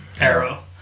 Arrow